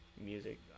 music